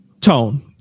Tone